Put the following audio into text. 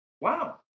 wow